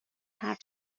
حرف